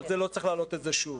אז לא צריך להעלות זאת שוב.